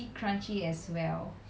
oh that's nice